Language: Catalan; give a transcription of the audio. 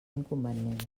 inconvenient